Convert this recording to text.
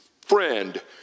friend